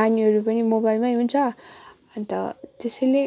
नानीहरू पनि मोबाइलमै हुन्छ अन्त त्यसैले